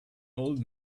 old